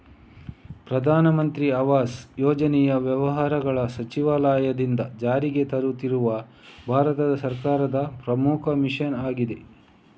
ಪ್ರಧಾನ ಮಂತ್ರಿ ಆವಾಸ್ ಯೋಜನೆ ವ್ಯವಹಾರಗಳ ಸಚಿವಾಲಯದಿಂದ ಜಾರಿಗೆ ತರುತ್ತಿರುವ ಭಾರತ ಸರ್ಕಾರದ ಪ್ರಮುಖ ಮಿಷನ್ ಆಗಿದೆ